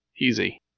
easy